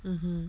mmhmm